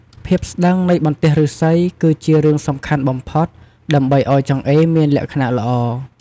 ភាពស្ដើងនៃបន្ទះឫស្សី គឺជារឿងសំខាន់បំផុតដើម្បីឱ្យចង្អេរមានលក្ខណៈល្អ។